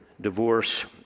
divorce